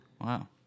Wow